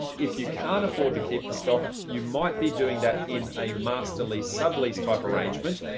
if you can't afford to keep the stock, you might be doing that in a master lease sublease type arrangement,